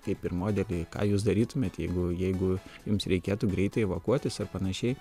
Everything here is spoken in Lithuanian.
kaip ir modelį ką jūs darytumėt jeigu jeigu jums reikėtų greitai evakuotis ar panašiai